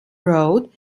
road